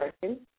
person